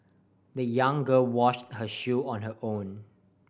the young girl washed her shoe on her own